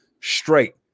Straight